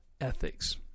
ethics